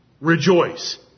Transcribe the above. Rejoice